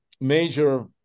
major